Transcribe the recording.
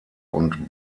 und